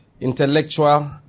intellectual